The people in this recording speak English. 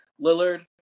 Lillard